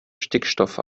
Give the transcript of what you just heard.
stickstoff